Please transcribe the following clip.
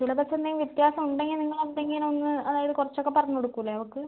syllabus എന്തെങ്കിലും വ്യത്യാസം ഉണ്ടെങ്കിൽ നിങ്ങൾ എന്തെങ്കിലും ഒന്ന് അതായത് കുറച്ച് ഒക്കെ പറഞ്ഞു കൊടുക്കൂലേ അവൾക്ക്